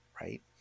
right